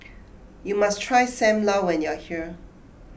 you must try Sam Lau when you are here